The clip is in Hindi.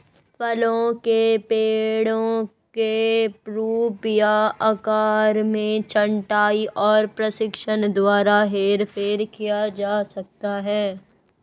फलों के पेड़ों के रूप या आकार में छंटाई और प्रशिक्षण द्वारा हेरफेर किया जा सकता है